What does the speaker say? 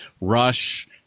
Rush